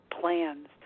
plans